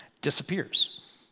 disappears